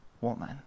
woman